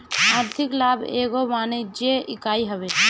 आर्थिक लाभ एगो वाणिज्यिक इकाई हवे